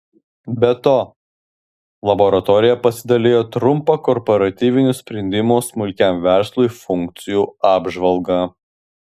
be to laboratorija pasidalijo trumpa korporatyvinių sprendimų smulkiam verslui funkcijų apžvalga